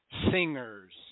singers